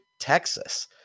Texas